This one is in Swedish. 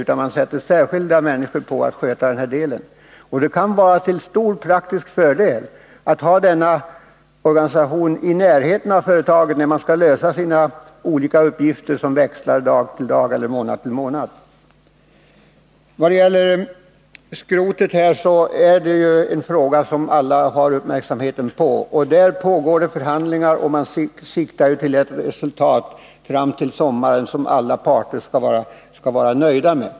När de olika uppgifterna, som växlar från dag till dag eller från månad till månad, skall lösas kan det vara en stor praktisk fördel för företaget att ha denna organisation i närheten. Beträffande frågan om skrotet, som alla har sin uppmärksamhet riktad på, pågår förhandlingar, och man siktar till att fram till sommaren nå ett resultat som alla parter kan vara nöjda med.